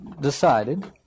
decided